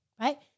right